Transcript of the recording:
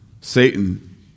Satan